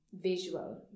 visual